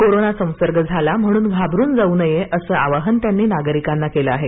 corona संसर्ग झाला म्हणून घाबरुन जाऊ नये असं आवाहन त्यांनी नागरिकांना केलं आहे